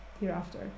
hereafter